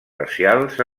racials